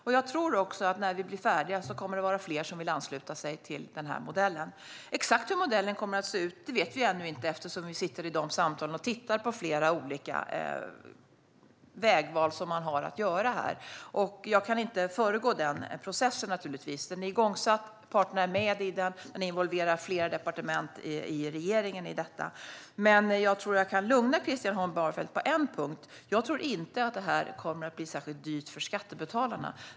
När vi blir färdiga tror jag att det kommer att vara fler som vill ansluta sig till modellen. Exakt hur modellen kommer att se ut vet vi ännu inte, eftersom vi sitter i samtal där vi tittar på flera olika vägval som man har att göra här. Jag kan inte föregripa den processen. Den är igångsatt, parterna är med i den och den involverar flera departement inom regeringen. Jag tror att jag kan lugna Christian Holm Barenfeld på en punkt: Jag tror inte att detta kommer att bli särskilt dyrt för skattebetalarna.